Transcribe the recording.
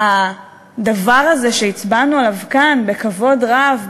הדבר הזה שהצבענו עליו כאן בכבוד רב,